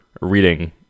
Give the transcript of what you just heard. reading